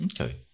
okay